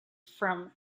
from